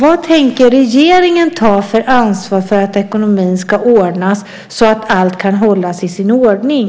Vad tänker regeringen ta för ansvar för att ekonomin ska ordnas så att allt kan hållas i sin ordning?